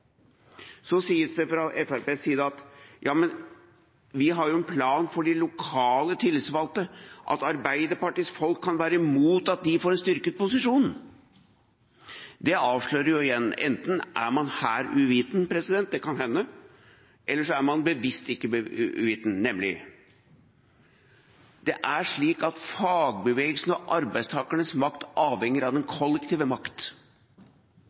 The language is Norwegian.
Så sies det fra Fremskrittspartiets side at man jo har en plan for de lokalt tillitsvalgte, og hvordan kan Arbeiderpartiets folk være imot at de får en styrket posisjon? Det avslører igjen at man enten er uvitende på dette – det kan hende – eller så er man bevisst ikke uvitende. Fagbevegelsens og arbeidstakernes makt avhenger av den kollektive makt.